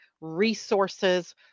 resources